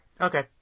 Okay